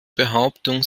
behauptung